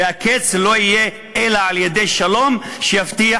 והקץ לא יהיה אלא על-ידי שלום שיבטיח